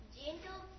gentle